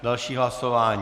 Další hlasování.